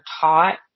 taught